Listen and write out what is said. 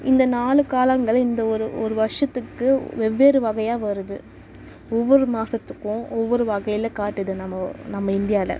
இந்த நாலு காலங்கள் இந்த ஒரு ஒரு வருஷத்துக்கு வெவ்வேறு வகையாக வருது ஒவ்வொரு மாதத்துக்கும் ஒவ்வொரு வகையில் காட்டுது நம்ம நம்ம இந்தியாவில்